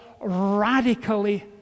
radically